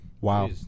Wow